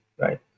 right